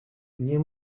nie